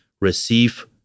receive